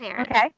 Okay